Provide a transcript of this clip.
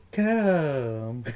come